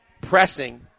pressing